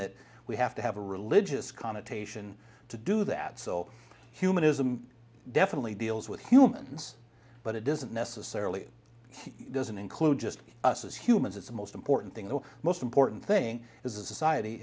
that we have to have a religious connotation to do that so humanism definitely deals with humans but it doesn't necessarily it doesn't include just us as humans it's the most important thing the most important thing as a society